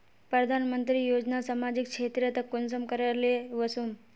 प्रधानमंत्री योजना सामाजिक क्षेत्र तक कुंसम करे ले वसुम?